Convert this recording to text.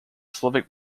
slavic